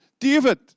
David